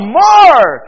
more